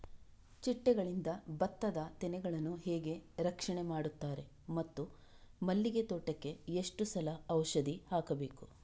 ಚಿಟ್ಟೆಗಳಿಂದ ಭತ್ತದ ತೆನೆಗಳನ್ನು ಹೇಗೆ ರಕ್ಷಣೆ ಮಾಡುತ್ತಾರೆ ಮತ್ತು ಮಲ್ಲಿಗೆ ತೋಟಕ್ಕೆ ಎಷ್ಟು ಸಲ ಔಷಧಿ ಹಾಕಬೇಕು?